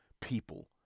people